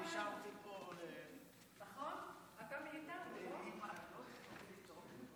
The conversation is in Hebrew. בבקשה, גברתי.